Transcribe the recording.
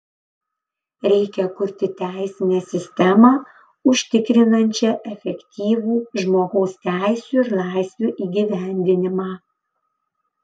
reikia kurti teisinę sistemą užtikrinančią efektyvų žmogaus teisių ir laisvių įgyvendinimą